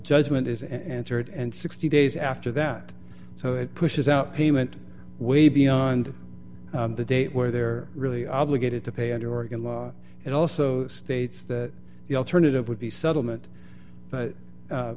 judgment is answered and sixty days after that so it pushes out payment way beyond the date where they're really obligated to pay under oregon law it also states that the alternative would be settlement but